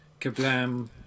Kablam